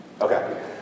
Okay